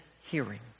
hearing